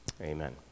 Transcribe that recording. Amen